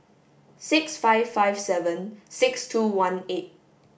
six five five seven six two one eight